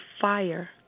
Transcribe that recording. fire